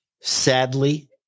Sadly